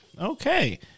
Okay